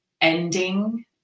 ending